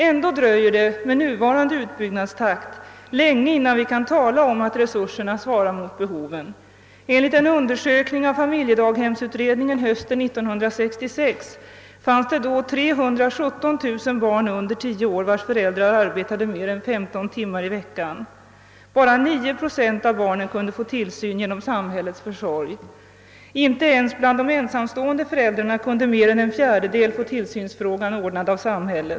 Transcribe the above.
Ändå dröjer det med nuvarande utbyggnadstakt länge innan vi kan tala om att resurserna svarar mot behoven. Enligt en undersökning av familjedaghemsutredningen hösten 1966 fanns det 317 000 barn under tio år vilkas föräldrar arbetade mer än 15 timmar per vecka. Bara 9 procent av barnen kunde få tillsyn genom samhällets försorg; inte ens bland de ensamstående föräldrarna kunde mer än en fjärdedel få tillsynsfrågan ordnad av samhället.